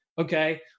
okay